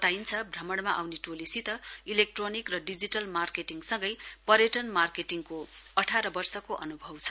बताइन्छ भ्रमणमा आउने टोलीसित इलेक्ट्रोनिक र डिजिटल मार्नेटिङ्सँगै पर्यटन मार्केटिङको अठार वर्षको अनुभव छ